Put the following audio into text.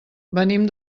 venim